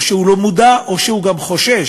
או שהוא לא מודע או שהוא גם חושש,